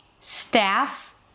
staff